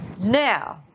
Now